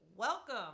Welcome